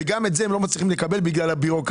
וגם את זה הם לא מצליחים לקבל בגלל הבירוקרטיה